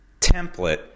template